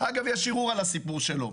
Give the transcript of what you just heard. אגב, יש ערעור על הסיפור שלו.